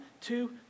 two